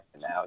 now